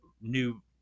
new